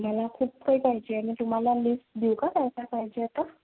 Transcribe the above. मला खूप काही पाहिजे आहे मी तुम्हाला लिस्ट देऊ का काय काय पाहिजे आहे तर